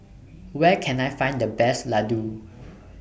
Where Can I Find The Best Ladoo